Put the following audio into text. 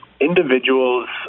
Individuals